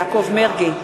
יעקב מרגי,